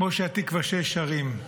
כמו שהתקווה 6 שרים.